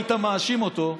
היית מאשים אותו,